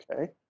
Okay